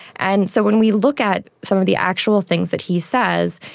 and so when we look at some of the actual things that he says,